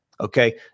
Okay